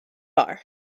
bar